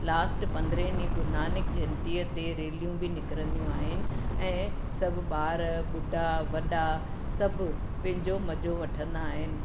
last पंद्रहं ॾींहुं गुरुनानक जयंतीअ ते रेलियूं बि निकिरंदियूं आहिनि ऐं सभु ॿार ॿुढा वॾा सभु पंहिंजो मज़ो वठींदा आहिनि